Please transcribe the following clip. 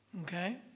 Okay